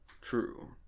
true